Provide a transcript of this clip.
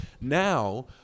now